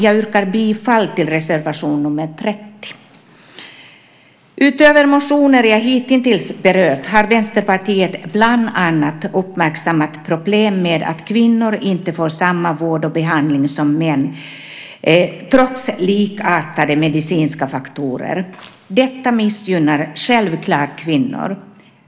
Jag yrkar bifall till reservation nr 30. Utöver de motioner jag hitintills berört har Vänsterpartiet bland annat uppmärksammat problem med att kvinnor inte får samma vård och behandling som män trots likartade medicinska faktorer. Detta missgynnar självklart kvinnor.